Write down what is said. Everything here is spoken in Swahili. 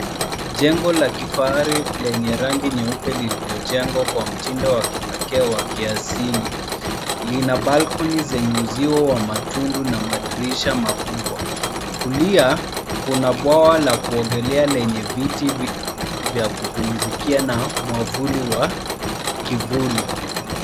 Jengo la kifahari lenye rangi nyeupe lililojengwa kwa mtindonwa kipekee wa kiasili. Lina balcony[cs[ za uzio wa matundu na madirisha makubwa. Kulia, kuna bwawa la kuogelea lenye viti vya kupumzikia na mwavuli wa kivuli.